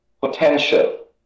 potential